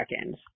seconds